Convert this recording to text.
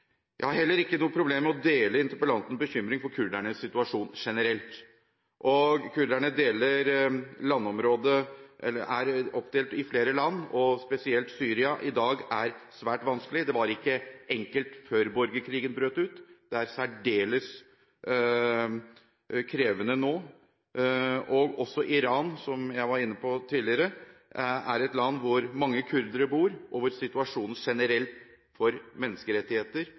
Jeg har heller ikke noe problem med å dele interpellantens bekymring for kurdernes situasjon generelt. Kurdernes landområde er fordelt på flere land, og spesielt situasjonen i Syria er i dag vanskelig. Det var ikke enkelt før borgerkrigen brøt ut, men det er særdeles krevende nå. Iran, som jeg var inne på tidligere, er også et land hvor mange kurdere bor, og hvor situasjonen for menneskerettigheter generelt og for